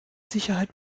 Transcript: sicherheit